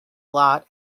lot